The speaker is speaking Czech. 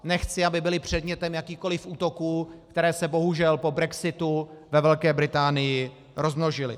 Nechci, aby byli předmětem jakýchkoli útoků, které se bohužel po brexitu ve Velké Británii rozmnožily.